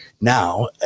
now